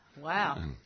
Wow